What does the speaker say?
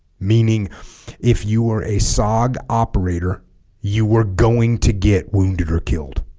meaning if you were a sog operator you were going to get wounded or killed